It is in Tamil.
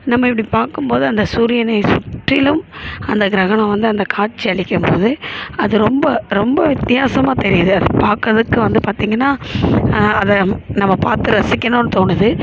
நம்ம இப்படி பார்க்கும் போது அந்த சூரியனை சுற்றிலும் அந்த கிரகணம் வந்து அந்த காட்சி அளிக்கும் போது அது ரொம்ப ரொம்ப வித்தியாசமாக தெரியுது அதை பார்க்குறதுக்கு வந்து பார்த்தீங்கன்னா அதை நம்ம பார்த்து ரசிக்கணும்னு தோணுது